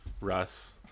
Russ